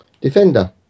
defender